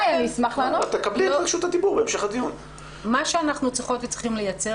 מה שאנחנו צריכות וצריכים לייצר,